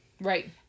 Right